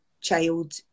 child